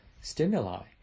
stimuli